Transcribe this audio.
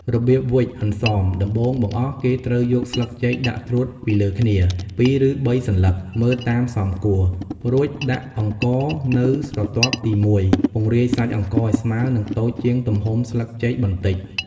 របៀបវេច «អន្សម» ដំបូងបង្អស់គេត្រូវយកស្លឹកចេកដាក់ត្រួតពីលើគ្នា ពីរ ឬបីសន្លឹក មើលតាមសមគួរ រួចដាក់អង្ករនៅស្រទាប់ទីមួយ ពង្រាយសាច់អង្ករឱ្យស្មើ និងតូចជាងទំហំស្លឹកចេកបន្តិច ។